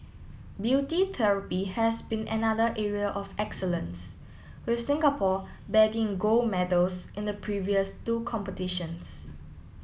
beauty therapy has been another area of excellence with Singapore bagging gold medals in the previous two competitions